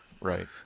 Right